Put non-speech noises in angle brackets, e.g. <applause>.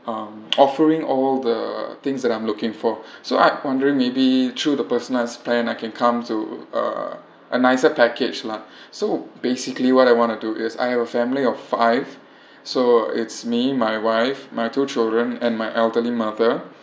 um <noise> offering all the things that I'm looking for <breath> so I wondering maybe through the personal plan I can come to uh a nicer package lah so basically what I want to do is I have a family of five so it's me my wife my two children and my elderly mother